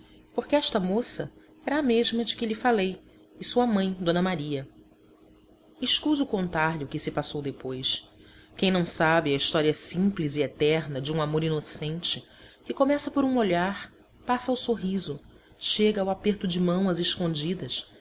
porque esta moça era a mesma de que lhe falei e sua mãe d maria escuso contar-lhe o que se passou depois quem não sabe a história simples e eterna de um amor inocente que começa por um olhar passa ao sorriso chega ao aperto de mão às escondidas